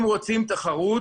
אם רוצים תחרות